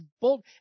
bold